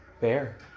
Bear